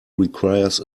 requires